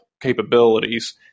capabilities